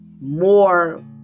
more